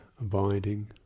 abiding